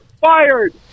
fired